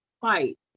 fight